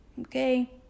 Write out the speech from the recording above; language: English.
okay